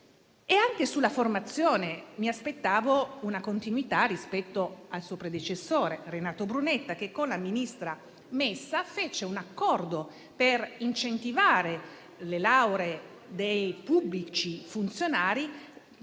Anche sulla formazione, mi aspettavo una continuità rispetto al suo predecessore Renato Brunetta che, con la ministra Messa, fece un accordo per incentivare le lauree dei pubblici funzionari,